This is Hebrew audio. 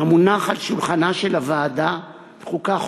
שמונח על שולחנה של ועדת החוקה,